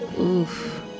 Oof